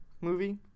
movie